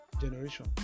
generation